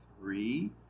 three